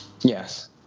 Yes